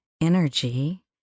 Energy